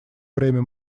время